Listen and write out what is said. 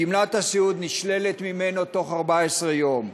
גמלת הסיעוד נשללת ממנו בתוך 14 יום.